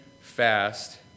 fast